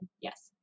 Yes